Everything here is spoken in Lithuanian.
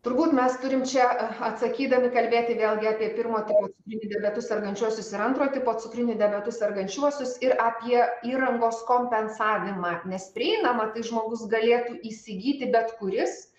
turbūt mes turim čia atsakydami kalbėti vėlgi apie pirmo tipo cukriniu diabetu sergančiuosius ir antro tipo cukriniu diabetu sergančiuosius ir apie įrangos kompensavimą nes prieinama tai žmogus galėtų įsigyti bet kuris